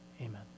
Amen